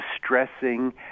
distressing